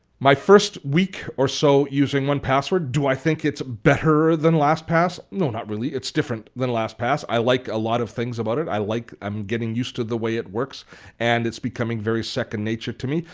my first week or so using one password, do i think it's better than lastpass? no, not really. it's different than lastpass. i like a lot of things about it. like i'm getting used to the way it works and it's becoming very second nature to me.